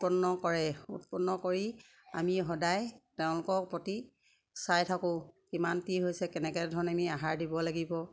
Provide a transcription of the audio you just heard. উৎপন্ন কৰে উৎপন্ন কৰি আমি সদায় তেওঁলোকক প্ৰতি চাই থাকোঁ কিমানটি হৈছে কেনেকে ধৰণে নি আহাৰ দিব লাগিব